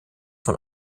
von